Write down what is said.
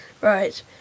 right